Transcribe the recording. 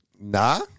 Nah